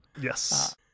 Yes